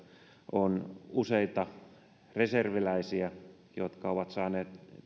on useita reserviläisiä jotka ovat saaneet